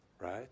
Right